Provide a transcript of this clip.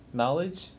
knowledge